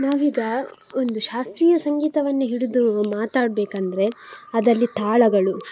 ನಾವೀಗ ಒಂದು ಶಾಸ್ತ್ರೀಯ ಸಂಗೀತವನ್ನು ಹಿಡಿದು ಮಾತಾಡ್ಬೇಕಂದರೆ ಅದಲ್ಲಿ ತಾಳಗಳು